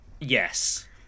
Yes